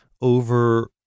over